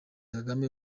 kagame